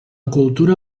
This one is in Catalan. cultura